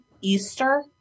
Easter